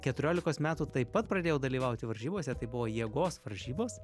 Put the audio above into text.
keturiolikos metų taip pat pradėjau dalyvauti varžybose ir tai buvo jėgos varžybos